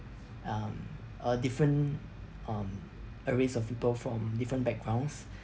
um a different um a race of people from different backgrounds